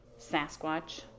Sasquatch